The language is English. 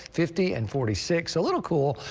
fifty and forty six, a little cool,